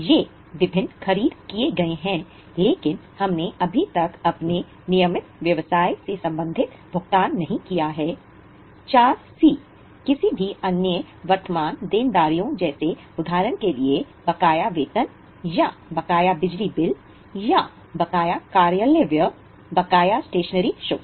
तो किसी भी अन्य वर्तमान देनदारियों जैसे उदाहरण के लिए बकाया वेतन या बकाया बिजली बिल या बकाया कार्यालय व्यय बकाया स्टेशनरी शुल्क